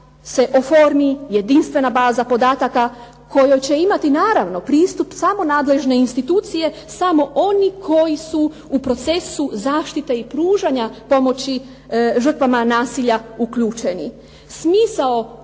se oformi jedinstvena baza podataka kojoj će imati naravno pristup samo nadležne institucije, samo oni koji su u procesu zaštite i pružanja pomoći žrtvama nasilja uključeni. Smisao